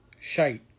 shite